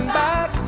back